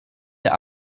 der